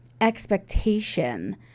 expectation